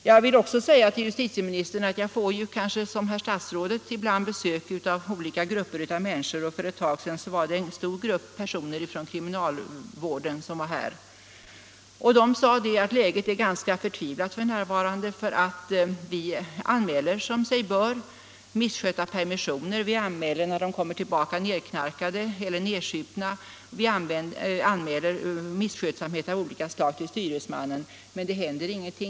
Jag vill också säga till justitieministern att jag liksom han ibland får besök av olika grupper av människor, och för en tid sedan besöktes jag av en stor grupp från olika kriminalvårdsanstalter. De sade att läget var ganska förtvivlat för närvarande. Misskötsamhet av olika slag, såsom misskötta permissioner när internerna kom tillbaka nerknarkade eller nersupna, anmäls som sig bör till styresmannen, men det händer ingenting.